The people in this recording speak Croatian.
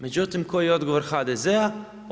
Međutim, koji je odgovor HDZ-a?